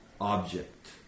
object